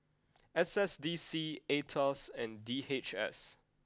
S S D C Aetos and D H S